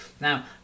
Now